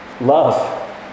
Love